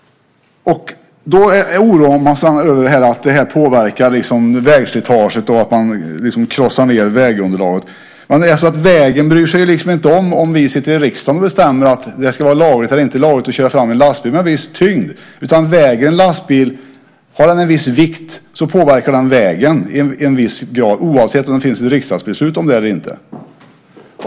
Man är oroad över att det påverkar vägslitaget, att man krossar vägunderlaget. Men vägen bryr sig inte om att vi sitter i riksdagen och bestämmer att det ska vara lagligt eller inte lagligt att köra fram en lastbil med en viss tyngd. Har en lastbil en viss vikt påverkar den vägen i en viss grad, oavsett om det finns ett riksdagsbeslut om det eller inte.